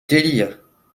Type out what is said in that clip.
délire